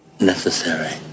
necessary